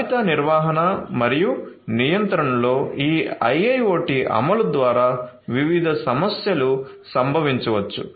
జాబితా నిర్వహణ మరియు నియంత్రణలో ఈ IIoT అమలు ద్వారా వివిధ సమస్యలు సంభవించవచ్చు